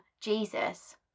Jesus